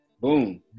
boom